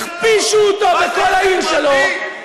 הכפישו אותו בכל העיר שלו,